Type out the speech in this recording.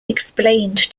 explained